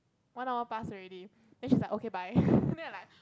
one hour plus already then she like okay bye and then like